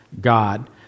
God